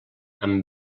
amb